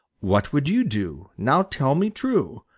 what would you do? now tell me true,